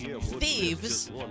thieves